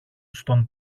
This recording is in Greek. στον